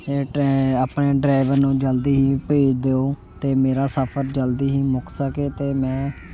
ਏ ਟਰੈ ਆਪਣੇ ਡਰੈਵਰ ਨੂੰ ਜਲਦੀ ਹੀ ਭੇਜ ਦਿਓ ਅਤੇ ਮੇਰਾ ਸਫ਼ਰ ਜਲਦੀ ਹੀ ਮੁੱਕ ਸਕੇ ਅਤੇ ਮੈਂ